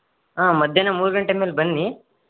ಹಾಂ ಮಧ್ಯಾಹ್ನ ಮೂರು ಗಂಟೆ ಮೇಲೆ ಬನ್ನಿ